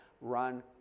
run